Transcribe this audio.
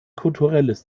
kulturelles